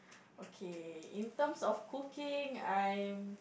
okay in terms of cooking I am